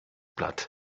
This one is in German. platt